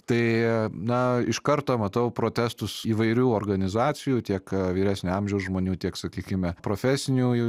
tai na iš karto matau protestus įvairių organizacijų tiek vyresnio amžiaus žmonių tiek sakykime profesinių jų